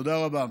תודה רבה.